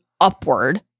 upward